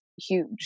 huge